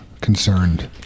concerned